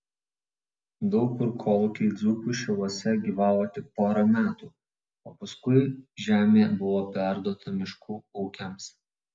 daug kur kolūkiai dzūkų šiluose gyvavo tik porą metų o paskui žemė buvo perduota miškų ūkiams